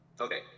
okay